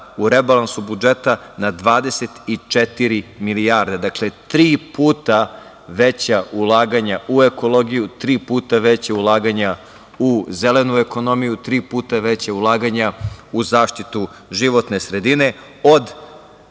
u rebalansu budžeta na 24 milijarde, dakle, tri puta veća ulaganja u ekologiju, tri puta veća ulaganja u zelenu ekonomiju, tri puta veća ulaganja u zaštitu životne sredine. Od